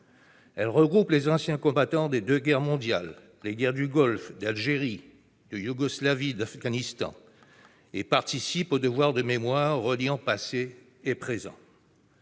Elles regroupent les anciens combattants des deux guerres mondiales, des guerres du Golfe, d'Algérie, de Yougoslavie, d'Afghanistan, et contribuent au devoir de mémoire reliant passé et présent.